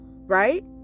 right